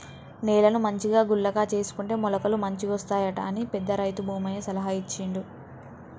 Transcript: నేలను మంచిగా గుల్లగా చేసుకుంటే మొలకలు మంచిగొస్తాయట అని పెద్ద రైతు భూమయ్య సలహా ఇచ్చిండు